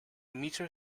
meter